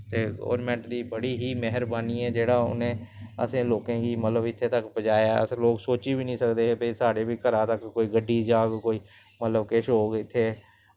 ते गौरमैंट दी बहुत ही मैह्रवानी ऐ जेह्ड़ा उनैं असें लोकें गी इत्थें तक्कर पज़ाया ऐ अस लोग सोची बी नी सकदे हे भाई साढ़े बी घरा तक कोई गड्डी जाह्ग मतलव कोई किश होग इत्थें